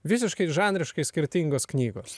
visiškai žanriškai skirtingos knygos